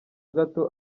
gato